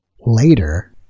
later